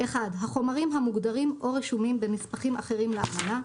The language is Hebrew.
החומרים המוגדרים או רשומים בנספחים אחרים לאמנה,